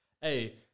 hey